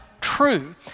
true